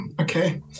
okay